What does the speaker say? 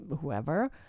whoever